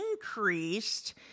increased